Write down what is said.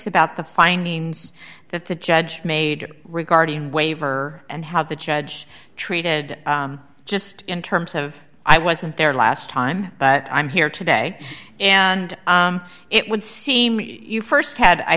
about the findings that the judge made regarding waiver and how the judge treated just in terms of i wasn't there last time but i'm here today and it would seem you st had i